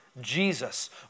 Jesus